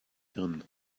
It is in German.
hirn